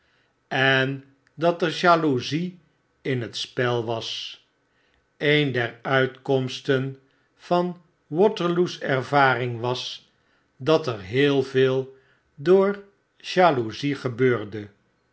en dat er jaloezie in tspelwas eender uitkomsten van waterloo's ervaring was dat er heel veel door jaloezie gebeurde